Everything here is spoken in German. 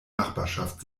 nachbarschaft